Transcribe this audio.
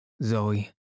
Zoe